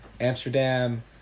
amsterdam